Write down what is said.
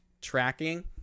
tracking